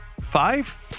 five